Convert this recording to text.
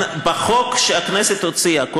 בחוק שהכנסת הוציאה,